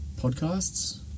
podcasts